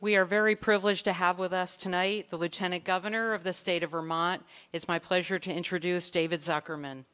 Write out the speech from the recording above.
we are very privileged to have with us tonight the lieutenant governor of the state of vermont it's my pleasure to introduce david zucker men